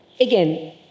Again